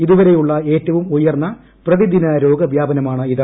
ഇതുവരെയുള്ള ഏറ്റവും ഉയർന്ന പ്രതിദ്ദിന് രോഗവ്യാപനമാണിത്